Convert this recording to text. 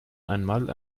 einmal